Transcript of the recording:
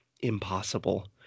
impossible